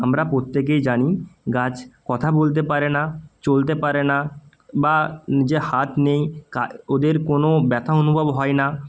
আমরা প্রত্যেকেই জানি গাছ কথা বলতে পারে না চলতে পারে না বা যে হাত নেই ওদের কোনো ব্যথা অনুভব হয় না